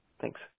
Thanks